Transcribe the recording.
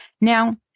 Now